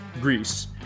Greece